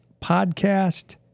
podcast